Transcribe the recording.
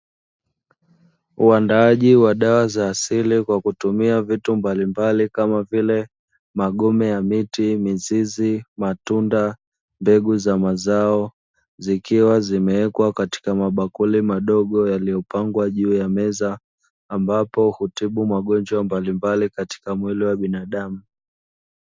Uandaji wa dawa za asili kwa kutumia vitu mbalimbali kama vile magome ya miti, mizizi, matunda, mbegu za mazao; zikiwa zimewekwa katika mabakuli madogo yaliyopangwa juu ya meza, ambapo hutibu magonjwa mbalimbali katika mwili wa binadamu.